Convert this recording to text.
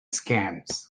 scams